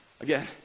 Again